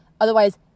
Otherwise